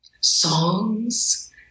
songs